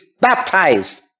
baptized